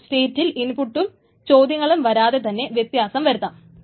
അപ്പോൾ സ്റ്റേറ്റിൽ ഇൻപുട്ടും ചോദ്യങ്ങളും വരാതെ തന്നെ വ്യത്യാസം വരുത്താം